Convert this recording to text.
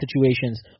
situations